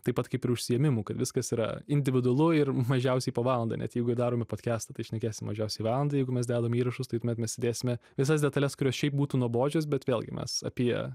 taip pat kaip ir užsiėmimų kad viskas yra individualu ir mažiausiai po valandą net jeigu darome podkestą tai šnekėsim mažiausiai valandą jeigu mes dedame įrašus taip tuomet mes įdėsime visas detales kurios šiaip būtų nuobodžios bet vėlgi mes apie